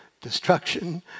destruction